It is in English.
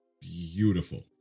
beautiful